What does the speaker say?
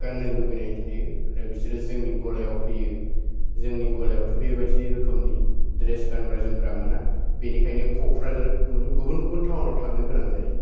गाननो लुगैनाय थायो आरो बिसोरो जोंनि गलायाव फैयो जोंनि गलायावथ' बेबायदि रोखोमनि द्रेस गानग्रा जोमग्रा मोना बेनिखायनो क'क्राझार माने गुबुन गुबुन टाउनाव थांनो गोनां जायो